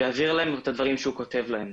ויעביר להם את הדברים שהוא כותב להם.